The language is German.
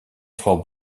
frau